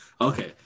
Okay